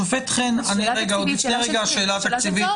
לפני השאלה התקציבית.